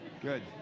Good